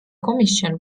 komisjon